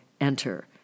enter